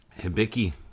Hibiki